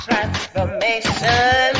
Transformation